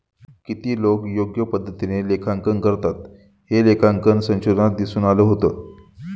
किती लोकं योग्य पद्धतीने लेखांकन करतात, हे लेखांकन संशोधनात दिसून आलं होतं